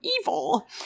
evil